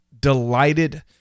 delighted